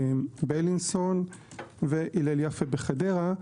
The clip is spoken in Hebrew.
בלינסון והלל יפה בחדרה,